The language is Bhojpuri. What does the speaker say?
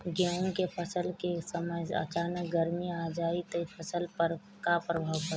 गेहुँ के फसल के समय अचानक गर्मी आ जाई त फसल पर का प्रभाव पड़ी?